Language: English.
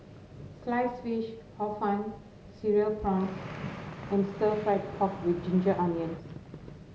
Sliced Fish Hor Fun Cereal Prawns and Stir Fried Pork with Ginger Onions